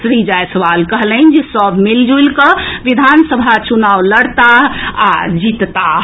श्री जायसवाल कहलनि जे सभ मिलिजुलि कऽ विधानसभा चुनाव लड़ताह आ जीतताह